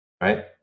right